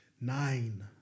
nine